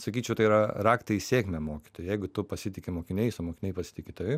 sakyčiau tai yra raktai į sėkmę mokytojui jeigu tu pasitiki mokiniais o mokiniai pasitiki tavim